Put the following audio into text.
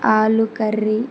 ఆలు కర్రీ